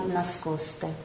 nascoste